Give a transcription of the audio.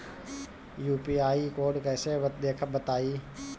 UPI code कैसे देखब बताई?